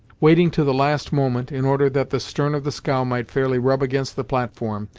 waiting to the last moment, in order that the stern of the scow might fairly rub against the platform,